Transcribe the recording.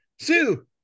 Sue